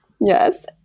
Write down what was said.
Yes